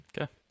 Okay